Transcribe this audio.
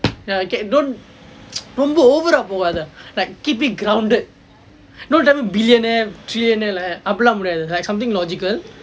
ya okay don't don't ரொம்ப:romba over ah போகாத:pokaatha like keep it grounded don't tell me billionaire trillionaire like that அப்படி எல்லாம் முடியாது:appadi ellam mudiyaathu like something logical